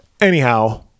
anyhow